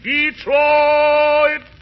Detroit